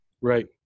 Right